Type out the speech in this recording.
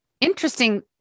interesting